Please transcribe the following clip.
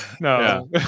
No